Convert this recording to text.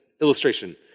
illustration